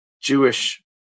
Jewish